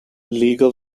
league